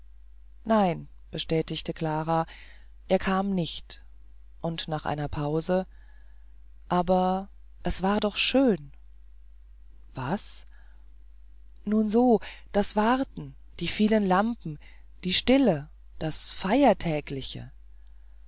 nein bestätigte klara er kam nicht und nach einer pause aber es war doch schön was nun so das warten die vielen lampen die stille das